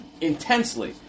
Intensely